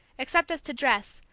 except as to dress,